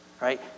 right